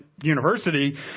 university